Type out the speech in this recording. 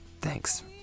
Thanks